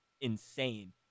insane